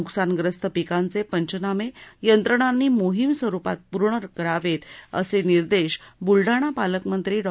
नुकसानग्रस्त पिकांचे पंचनामे यंत्रणांनी मोहिम स्वरूपात पूर्ण करावे असे निर्देश बूलडाणा पालकमंत्री डॉ